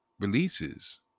Releases